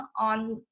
on